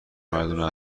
مردونه